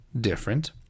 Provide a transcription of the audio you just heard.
different